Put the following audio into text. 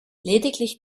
lediglich